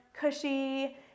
cushy